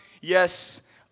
Yes